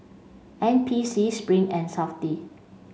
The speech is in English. N P C Spring and SAFTI